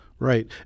Right